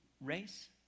race